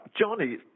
Johnny